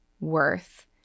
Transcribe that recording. worth